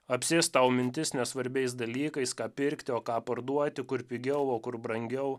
apsės tau mintis nesvarbiais dalykais ką pirkti o ką parduoti kur pigiau o kur brangiau